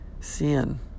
sin